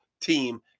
team